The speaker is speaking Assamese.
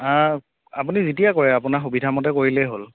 আপুনি যেতিয়াই কয় আপোনাৰ সুবিধামতে কৰিলেই হ'ল